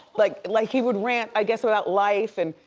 like like he would rant, i guess about life and,